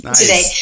today